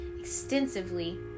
extensively